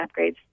upgrades